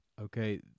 Okay